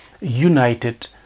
united